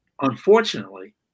Unfortunately